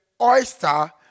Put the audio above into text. oyster